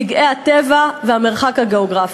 פגעי הטבע והמרחק הגיאוגרפי.